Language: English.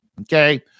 Okay